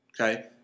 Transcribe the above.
Okay